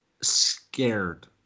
scared